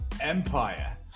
Empire